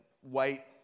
white